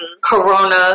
corona